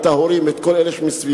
את ההורים ואת כל אלה שמסביבו,